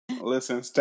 listen